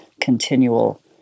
continual